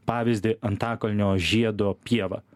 pavyzdį antakalnio žiedo pievą